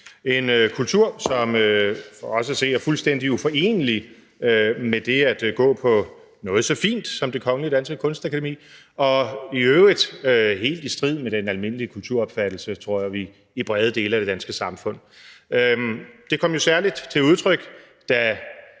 en kultur, som for os at se er fuldstændig uforenelig med det at gå på noget så fint som Det Kongelige Danske Kunstakademi og i øvrigt helt i strid med den almindelige kulturopfattelse, der er i brede dele af det danske samfund. Det kom særlig til udtryk, da